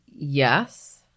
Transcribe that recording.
Yes